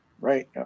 right